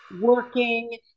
working